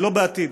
ולא בעתיד.